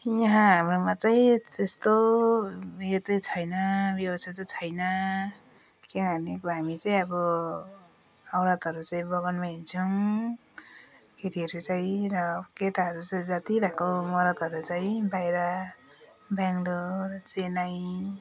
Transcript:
यहाँ हाम्रोमा चाहिँ त्यस्तो यो चाहिँ यस्तो त छैन के गर्ने हामी चाहिँ अब औरतहरू चाहिँ बगानमा हिँड्छौँ केटीहरू चाहिँ र केटाहरू चाहिँ जति भएको मरदहरू चाहिँ बाहिर बेङ्लोर चेन्नई